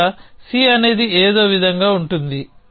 ఇక్కడ C అనేది ఏదో విధంగా ఉంటుంది